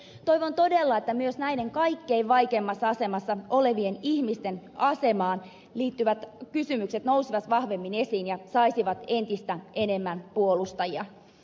toivon todella että myös näiden kaikkein vaikeimmassa asemassa olevien ihmisten asemaan liittyvät kysymykset nousisivat vahvemmin esiin ja ne saisivat entistä enemmän puolustajia